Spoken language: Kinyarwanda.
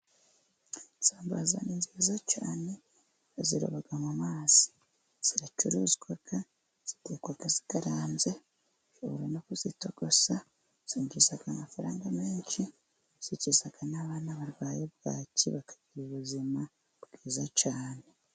Isambaza ni nziza cyane, baziroba mu mazi, ziracuruzwa zitekwa zikaranze, bashobora na kuzitogosa, zinjiza amafaranga menshi, zikiza n'abana barwaye bwaki bakagira ubuzima bwiza cyane.